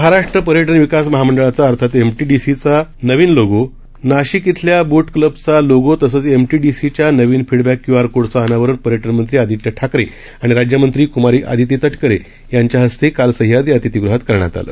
महाराष्ट्र पर्यटन विकास महामंडळाचा अर्थात एमटीडीसीचा नवीन लोगो नाशिक इथल्या बोट क्लबचा लोगो तसंच एमटीडीसीच्या नवीन फिडबॅक क्युआर कोडचे अनावरण पर्यटन मंत्री आदित्य ठाकरे आणि राज्यमंत्री कुमारी आदिती तटकरे यांच्या हस्ते काल सह्याद्री अतिथीगृहात करण्यात आलं